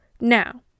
Now